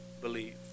believe